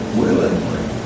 willingly